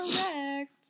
correct